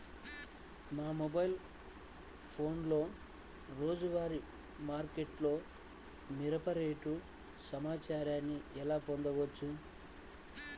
మా మొబైల్ ఫోన్లలో రోజువారీ మార్కెట్లో మిరప రేటు సమాచారాన్ని ఎలా పొందవచ్చు?